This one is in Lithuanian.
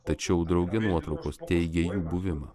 tačiau drauge nuotraukos teigia jų buvimą